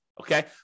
Okay